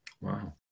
Wow